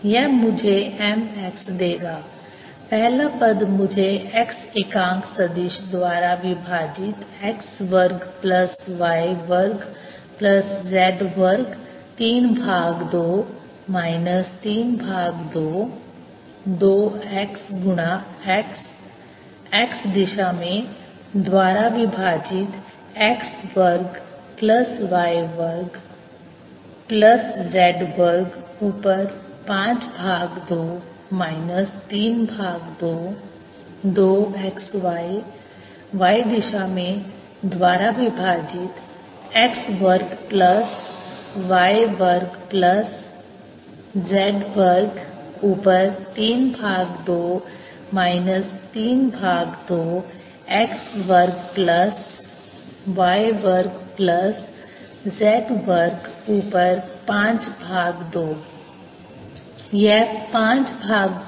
यह मुझे m x देगा पहला पद मुझे x एकांक सदिश द्वारा विभाजित x वर्ग प्लस y वर्ग प्लस z वर्ग 32 माइनस 32 2x गुणा x x दिशा में द्वारा विभाजित x वर्ग प्लस y वर्ग प्लस z वर्ग ऊपर 52 माइनस 32 2 x y y दिशा में द्वारा विभाजित x वर्ग प्लस y वर्ग प्लस z वर्ग ऊपर 32 माइनस 32 x वर्ग प्लस y वर्ग प्लस z वर्ग ऊपर 52